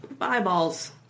eyeballs